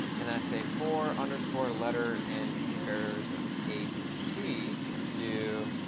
and i say for underscore letter in pairs of abc do